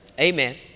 amen